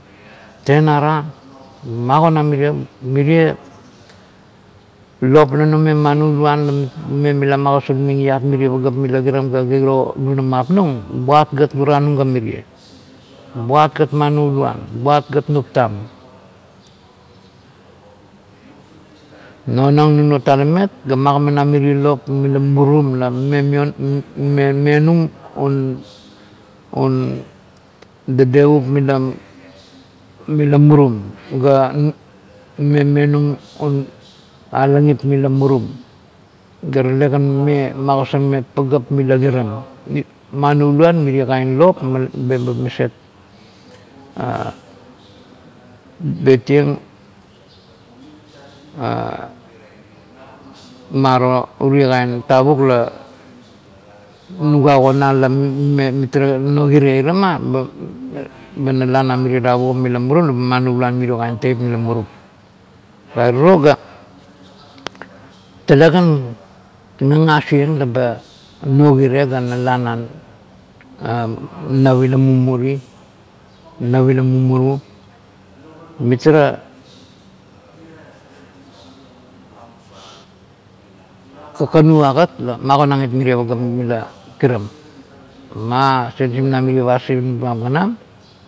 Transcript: Tenara, magonang mirie, mirie lop la nume manuluan la mime ia magosarming iat mirie pagap la kiram, ga kiro nunumiap nung, buat gat guranung ga miri, buat gat manuluan, buat gat nuptam, nonang nunuo talaet, ga magamanang mirie lop mila murum la mame miona "ma" mame menum un dadepvup mila murum ga mame menum un alangip mila murum ga talekan mame magosarmeng pagap mila kira, manauluan mirie kain lop meba maset "ha, ha" betieng "ha" maro urie no kain tavuk la nuga ogonang la mitara no kine irama "ha" ba nala na mirie kain tavugup mila murum la be manauluan mirio kain teip mila murum. Gare tiro ga talekan ngasngas ieng laba no kire ga nala a nap ila mumuri, nap ila mumuru mitara kakanu agat, magonang it mirie pagap la kiram, ma senisim nang mirie pasinip nuam ganam